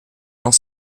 dans